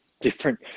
different